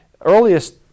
earliest